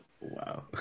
Wow